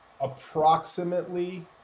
approximately